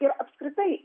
ir apskritai